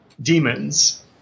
demons